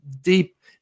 deep